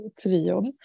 trion